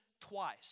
twice